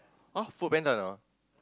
oh Food Panda now ah